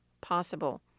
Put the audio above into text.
possible